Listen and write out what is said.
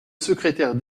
secrétaire